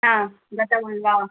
हा गतवान् वा